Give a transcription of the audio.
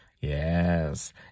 Yes